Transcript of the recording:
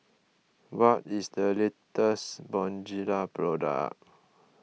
what is the latest Bonjela product